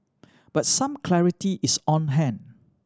but some clarity is on hand